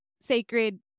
sacred